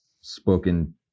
spoken